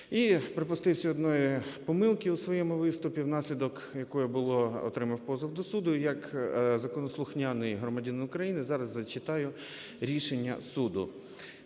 І припустився одної помилки у своє виступі, внаслідок якої було… отримав позов до суду. Як законослухняний громадянин України зараз зачитаю рішення суду.